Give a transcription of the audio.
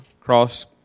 cross